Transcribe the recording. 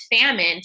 famine